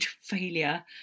failure